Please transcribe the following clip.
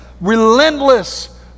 relentless